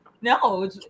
no